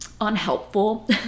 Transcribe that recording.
unhelpful